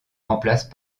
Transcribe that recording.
remplacent